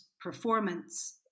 performance